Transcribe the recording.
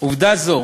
עובדה זו